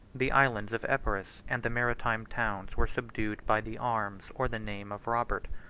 the islands of epirus and the maritime towns were subdued by the arms or the name of robert,